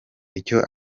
icyo